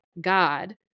God